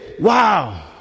wow